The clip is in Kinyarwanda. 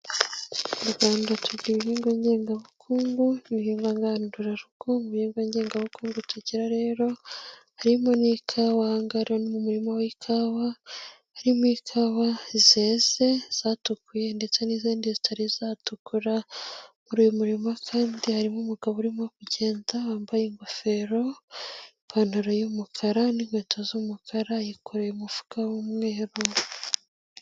Mu Rwanda tugira ibihingwa ngengabukungu ruhimangandura ruku mu bigan ngengabukungu tugira rero harimo ni'kawangararana umurimo w'ikawa harimo ikawa zeze zatukuye ndetse n'izindi zitotararizatukura muri uyu murimo kandi harimo umugabo urimo kugenda wambaye ingofero ipantaro y'umukara n'inkweto z'umukara yikoreye umufuka w'umweru umwe.